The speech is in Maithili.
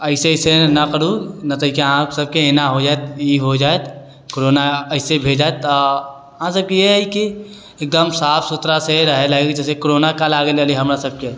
अइसे अइसे नहि करू नहितऽ अहाँ सबके एना हो जाएत ई हो जाएत कोरोना अइसे भऽ जाएत तऽ अहाँसबके इहे हइ कि एकदम साफ सुथरासँ रहै लागी जइसेकि कोरोनाकाल आ गेल रहली हमरा सबके